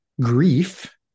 grief